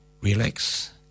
relax